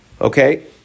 okay